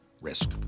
risk